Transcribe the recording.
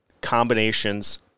combinations